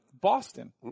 Boston